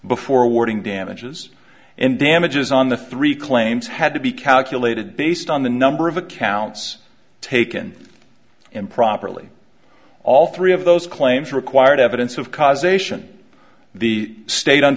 before awarding damages and damages on the three claims had to be calculated based on the number of accounts taken improperly all three of those claims required evidence of causation the sta